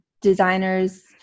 designers